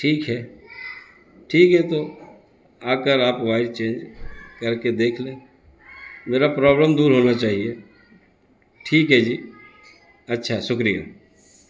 ٹھیک ہے ٹھیک ہے تو آ کر آپ وائر چینج کر کے دیکھ لیں میرا پرابلم دور ہونا چاہیے ٹھیک ہے جی اچھا شکریہ